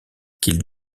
qu’il